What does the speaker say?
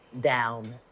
down